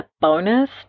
bonus